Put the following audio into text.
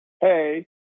hey